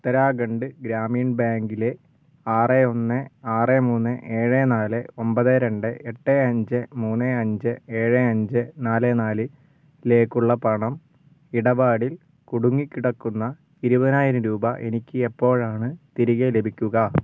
ഉത്തരാഖണ്ഡ് ഗ്രാമീൺ ബാങ്കിലെ ആറ് ഒന്ന് ആറ് മൂന്ന് ഏഴ് നാല് ഒമ്പത് രണ്ട് എട്ട് അഞ്ച് മൂന്ന് അഞ്ച് ഏഴ് അഞ്ച് നാല് നാലിലേക്കുള്ള പണം ഇടപാടിൽ കുടുങ്ങിക്കിടക്കുന്ന ഇരുപതിനായിരം രൂപ എനിക്ക് എപ്പോഴാണ് തിരികെ ലഭിക്കുക